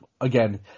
again